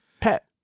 Pet